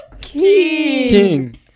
King